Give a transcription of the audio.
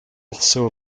also